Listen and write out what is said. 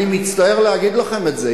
אני מצטער להגיד לכם את זה.